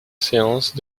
séance